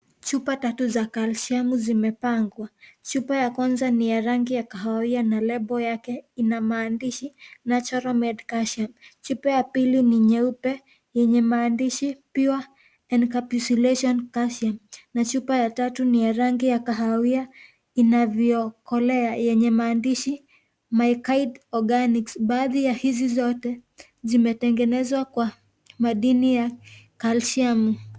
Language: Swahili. Chupa tatu za calcium, zimepangwa. Chupa ya kwanza ni ya rangi ya kahawia na label yake ina maandishi, natural made calcium .Chupa ya pili ni nyeupe, yenye maandishi, pure incapicilation calcium ,na chupa ya tatu, ni ya rangi ya kahawia, inavyookolea, yenye maandishi, my kind organic ,baadhi ya hizo zote, zimetengenezwa kwa madini ya calcium .